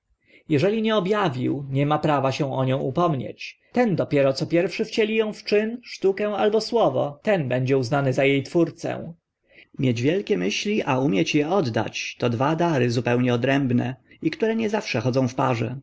jeżeli nie ob awił nie ma prawa o nią się upomnieć ten dopiero co pierwszy wcieli ą w czyn sztukę albo słowo ten będzie uznany za e twórcę mieć wielkie myśli a umieć e oddać to dwa dary zupełnie odrębne i które nie zawsze chodzą w parze